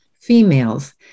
females